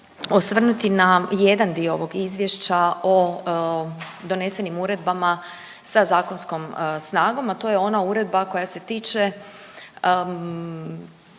osvrnuti na jedan dio ovog Izvješća o donesenim uredbama sa zakonskom snagom, a to je ona uredba koja se tiče